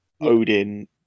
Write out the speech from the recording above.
Odin